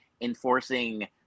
enforcing